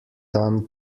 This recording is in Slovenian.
dan